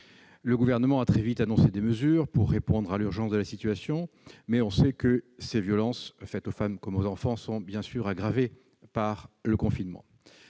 Le Gouvernement a très vite annoncé des mesures pour répondre à l'urgence de la situation, mais nous savons que ces violences faites aux femmes comme aux enfants sont aggravées par le confinement.